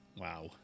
wow